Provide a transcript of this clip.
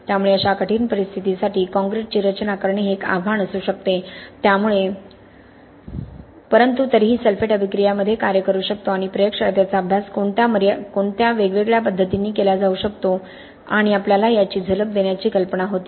त्यामुळे अशा कठीण परिस्थितीसाठी काँक्रीटची रचना करणे हे एक आव्हान असू शकते परंतु तरीही सल्फेट अभिक्रिया कॉंक्रिटमध्ये काय करू शकतो आणि प्रयोगशाळेत याचा अभ्यास कोणत्या वेगवेगळ्या पद्धतींनी केला जाऊ शकतो आणि आपल्याला याची झलक देण्याची कल्पना होती